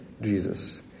Jesus